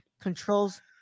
Controls